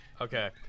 Okay